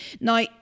Now